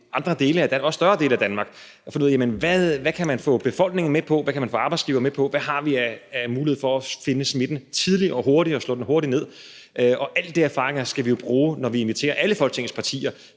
større dele af Danmark – for at finde ud af, hvad man kan få befolkningen med på, hvad man kan få arbejdsgivere med på, hvad vi har af muligheder for at finde smitten tidligt og hurtigt og slå den hurtigt ned. Alle de erfaringer skal vi jo bruge, når vi inviterer alle Folketingets partier